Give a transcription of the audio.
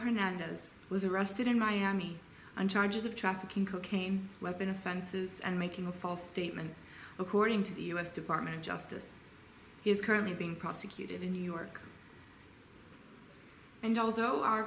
hernandez was arrested in miami on charges of trafficking cocaine weapon offenses and making a false statement according to the u s department of justice is currently being prosecuted in new york and although our